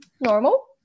normal